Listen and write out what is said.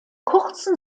kurzen